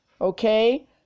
Okay